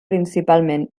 principalment